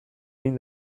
egin